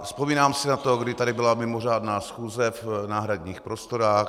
Vzpomínám si na to, kdy tady byla mimořádná schůze v náhradních prostorách.